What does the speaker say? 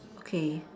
okay